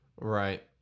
Right